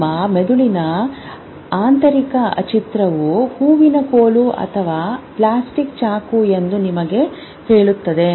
ನಿಮ್ಮ ಮೆದುಳಿನ ಆಂತರಿಕ ಚಿತ್ರವು ಹೂವಿನ ಕೋಲು ಅಥವಾ ಪ್ಲಾಸ್ಟಿಕ್ ಚಾಕು ಎಂದು ನಿಮಗೆ ಹೇಳುತ್ತಿದೆ